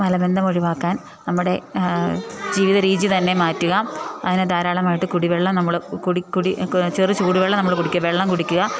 മലബന്ധം ഒഴിവാക്കാൻ നമ്മുടെ ജീവിത രീതി തന്നെ മാറ്റുക അതിന് ധാരാളമായിട്ട് കുടിവെള്ളം നമ്മൾ കുടിക്കുക ചെറു ചൂടുവെള്ളം നമ്മൾ കുടിക്കുക വെള്ളം കുടിക്കുക